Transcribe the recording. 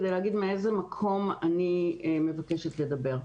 כדי להגיד מאיזה מקום אני מבקשת לדבר.